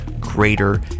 greater